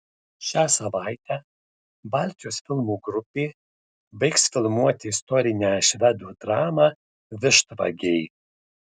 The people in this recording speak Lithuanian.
šią savaitę baltijos filmų grupė baigs filmuoti istorinę švedų dramą vištvagiai